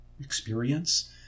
experience